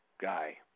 guy